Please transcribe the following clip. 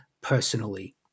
personally